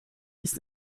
ist